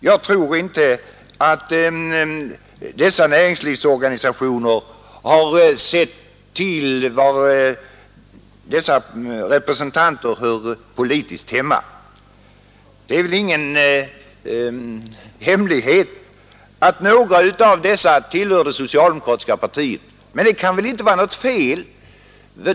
Jag tror inte att dessa näringslivsorganisationer har sett efter var dessa representanter hör politiskt hemma. Det är väl ingen hemlighet att några av dessa tillhör det socialdemokratiska partiet, och det kan väl inte vara något fel.